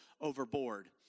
overboard